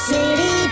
City